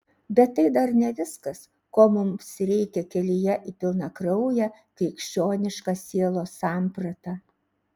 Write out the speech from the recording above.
bet tai dar ne viskas ko mums reikia kelyje į pilnakrauję krikščionišką sielos sampratą